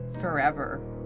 Forever